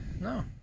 No